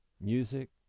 Music